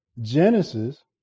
Genesis